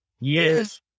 yes